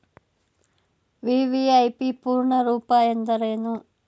VVIP ಪೂರ್ಣ ರೂಪ ಎಂದರೇನು?